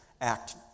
act